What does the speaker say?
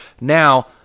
Now